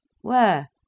Where